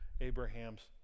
Abraham's